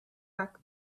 back